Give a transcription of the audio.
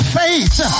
face